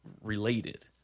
related